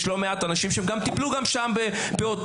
לא מעט אנשים שטיפלו גם שם בפעוטות.